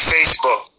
Facebook